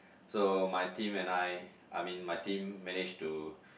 so my team and I I mean my team managed to